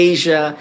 Asia